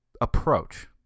approach